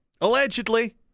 allegedly